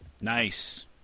Nice